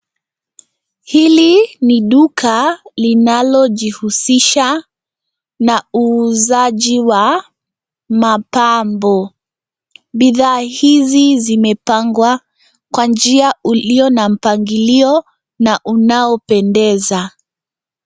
Hili ni duka linalojihusisha na uuzaji wa mapambo. Bidhaa hizi zimepangwa kwa njia ulio na mpangilio na unaopendeza.